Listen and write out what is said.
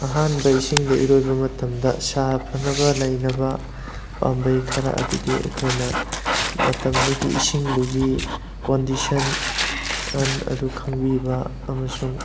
ꯑꯍꯥꯟꯕ ꯏꯁꯤꯡꯗ ꯏꯔꯣꯏꯕ ꯃꯇꯝꯗ ꯁꯥ ꯐꯅꯕ ꯂꯩꯅꯕ ꯄꯥꯝꯕꯩ ꯈꯔ ꯑꯗꯨꯗꯤ ꯑꯩꯈꯣꯏꯅ ꯃꯇꯝꯗꯨꯒꯤ ꯏꯁꯤꯡꯗꯨꯒꯤ ꯀꯣꯟꯗꯤꯁꯟ ꯑꯗꯨ ꯈꯪꯕꯤꯕ ꯑꯃꯁꯨꯡ